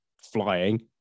flying